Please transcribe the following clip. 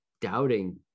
doubting